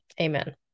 Amen